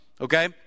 okay